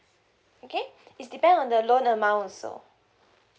okay it's depend on the loan amount also